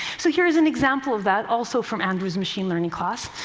so here's an example of that, also from andrew's machine learning class.